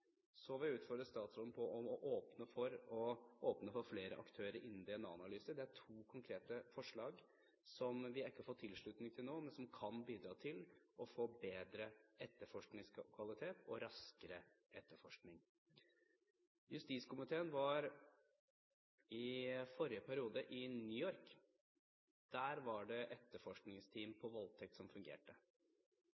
Så vil jeg utfordre statsråden til å åpne for flere aktører innen DNA-analyse. Det er to konkrete forslag som vi ikke har fått tilslutning til ennå, men som kan bidra til å få bedre etterforskningskvalitet og raskere etterforskning. Justiskomiteen var i forrige periode i New York. Der var det etterforskningsteam